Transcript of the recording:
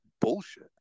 bullshit